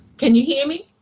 can you hear me?